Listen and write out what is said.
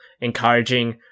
encouraging